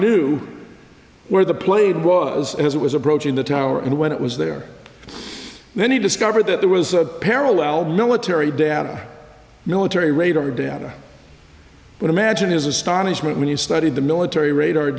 knew where the plane was as it was approaching the tower and when it was there then he discovered that there was a parallel military data military radar data but imagine his astonishment when he studied the military radar